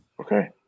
okay